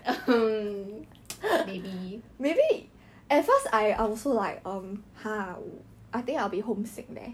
maybe